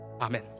Amen